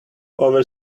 over